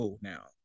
now